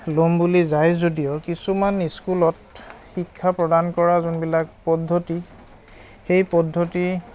ল'ম বুলি যায় যদিও কিছুমান স্কুলত শিক্ষা প্ৰদান কৰা যোনবিলাক পদ্ধতি সেই পদ্ধতি